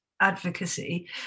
advocacy